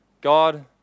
God